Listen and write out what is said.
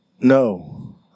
No